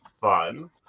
fun